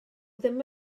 ddim